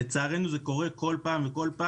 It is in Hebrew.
לצערנו, זה קורה שוב ושוב.